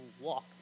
walk